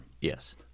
Yes